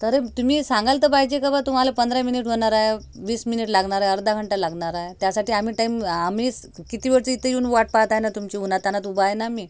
तर अरे तुम्ही सांगायला तर पाहिजे क बा तुम्हाला पंधरा मिनिट होणार आहे वीस मिनिट लागणार आहे अर्धा घंटा लागणार आहे त्यासाठी आम्ही टाइम आम्हीस किती वेळची इथे येऊन वाट पाहत आहे ना तुमची उन्हा तानात उभा आहे ना आम्ही